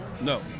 No